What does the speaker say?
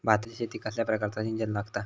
भाताच्या शेतीक कसल्या प्रकारचा सिंचन लागता?